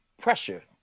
pressure